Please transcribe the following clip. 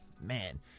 man